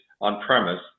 on-premise